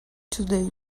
today